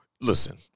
Listen